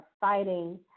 fighting